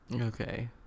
Okay